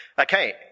Okay